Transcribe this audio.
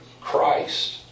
Christ